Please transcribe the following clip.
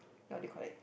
what do you collect